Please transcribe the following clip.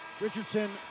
Richardson